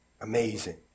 Amazing